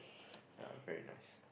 yeah very nice